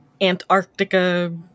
Antarctica